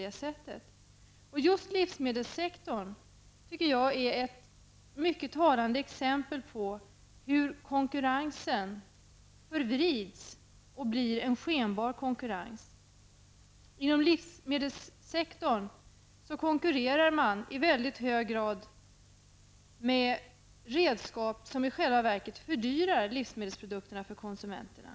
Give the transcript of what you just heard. Jag tycker att just livsmedelssektorn är ett mycket talande exempel på hur konkurrensen förvrids och blir en skenbar konkurrens. Inom livsmedelssektorn konkurrerar man i mycket hög grad med redskap som i själva verket fördyrar livsmedelsprodukterna för konsumenterna.